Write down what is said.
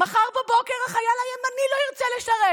מחר בבוקר החייל הימני לא ירצה לשרת.